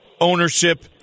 ownership